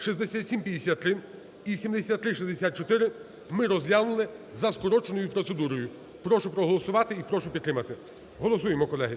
6753 і 7364 ми розглянули за скороченою процедурою. Прошу проголосувати і прошу підтримати. Голосуємо, колеги,